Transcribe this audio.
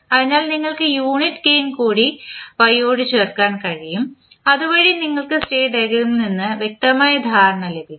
അതിനാൽ നിങ്ങൾക്ക് unit gain കൂടി y യോട് ചേർക്കാൻ കഴിയും അതുവഴി നിങ്ങൾക്ക് സ്റ്റേറ്റ് ഡയഗ്രാമിൽ നിന്ന് വ്യക്തമായ ധാരണ ലഭിക്കും